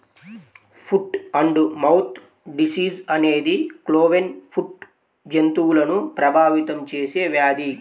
foot and mouth disease అనేది cloven foot జంతువులను ప్రభావితం చేసే వ్యాధి